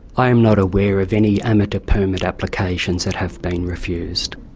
i'm not aware of any amateur permit applications that have been refused.